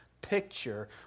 picture